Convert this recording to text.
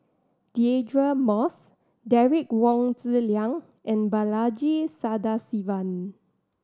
Deirdre Moss Derek Wong Zi Liang and Balaji Sadasivan